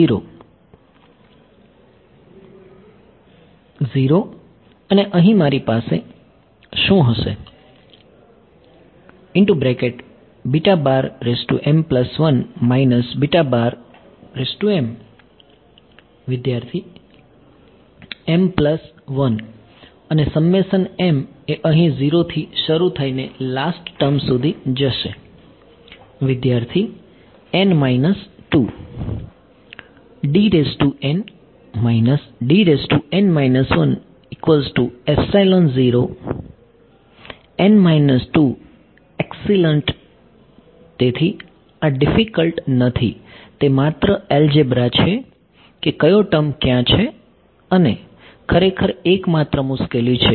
0 અને અહી મારી પાસે શું હશે વિદ્યાર્થી M પ્લસ 1 અને સમ્મેશન m એ અહી 0 થી શરુ થઈને લાસ્ટ ટર્મ સુધી જશે વિદ્યાર્થી એક્સીલંટ તેથી આ ડીફીકલ્ટ નથી તે માત્ર એલ્જેબ્રા છે કે કયો ટર્મ ક્યાં છે અને ખરેખર એક માત્ર મુશ્કેલી છે